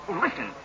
Listen